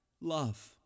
love